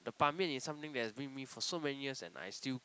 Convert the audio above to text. the Ban-Mian is something that has been me with so many years and I still